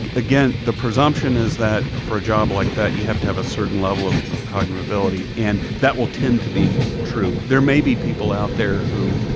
ah again, the presumption is that, for a job like that, you have to have a certain level of of cognitive ability, and that will tend to be true. there may be people out there who